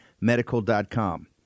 medical.com